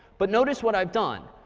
but notice what i've done.